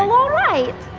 all right.